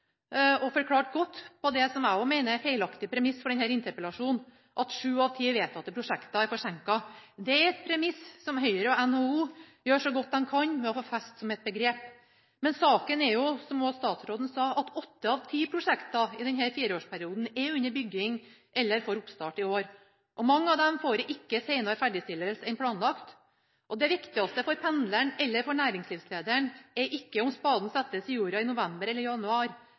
og forklarte godt det som også jeg mener er feilaktig premiss for denne interpellasjonen. At sju av ti vedtatte prosjekter er forsinket, er et premiss som Høyre og NHO gjør så godt de kan for å få festet som et begrep. Men saken er jo – som også statsråden sa – at åtte av ti prosjekter i denne fireårsperioden er under bygging eller får oppstart i år, og mange av disse får ikke senere ferdigstillelse enn planlagt. Det viktigste for pendleren eller næringslivslederen er ikke om spaden settes i jorda i november eller i januar,